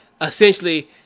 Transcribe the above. essentially